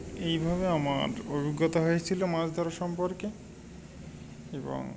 এইভাবে আমার অভিজ্ঞতা হয়েছিল মাছ ধরা সম্পর্কে এবং